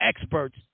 experts